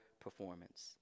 performance